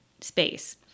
space